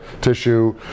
tissue